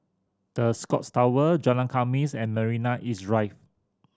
The Scotts Tower Jalan Khamis and Marina East Drive